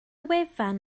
wefan